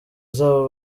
zabo